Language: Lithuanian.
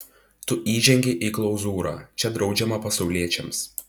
tu įžengei į klauzūrą čia draudžiama pasauliečiams